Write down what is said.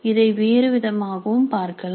இதை வேறு விதமாகவும் பார்க்கலாம்